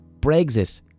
Brexit